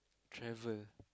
travel